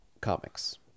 Comics